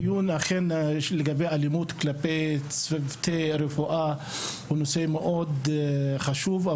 הדיון לגבי אלימות כלפי צוותי רפואה הוא נושא מאוד חשוב,